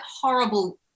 horrible